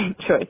choice